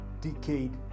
decade